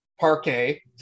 Parquet